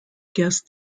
guest